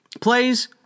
plays